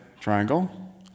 triangle